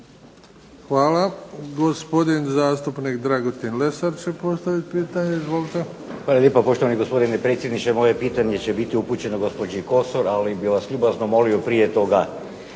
Hvala. Gospodin zastupnik Dragutin Lesar će postaviti pitanje. Izvolite. **Lesar, Dragutin (Nezavisni)** Hvala lijepo poštovani gospodine predsjedniče. Moje pitanje će biti upućeno gospođi Kosor. Ali bih vas ljubazno molio prije toga